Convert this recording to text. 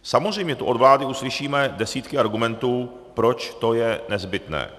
Samozřejmě tu od vlády uslyšíme desítky argumentů, proč to je nezbytné.